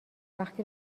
وقتی